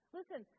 Listen